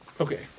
Okay